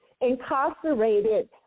incarcerated